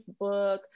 facebook